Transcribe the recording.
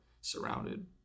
surrounded